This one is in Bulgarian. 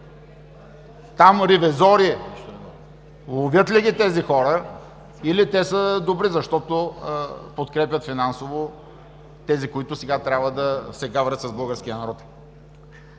Ревизори ловят ли ги тези хора или те са добри, защото подкрепят финансово тези, които сега трябва да се гаврят с българския народ?